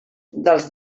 dels